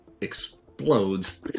explodes